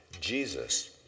Jesus